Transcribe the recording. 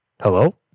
Hello